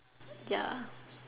ya